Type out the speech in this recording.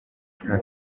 nta